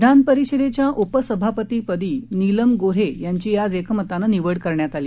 विधानपरिषदेच्या उपसभापतीपदी नीलम गोन्हे यांची आज एकमतानं निवड करण्यात आली